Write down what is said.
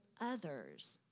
others